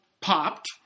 popped